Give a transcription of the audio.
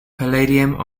palladium